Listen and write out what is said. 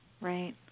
Right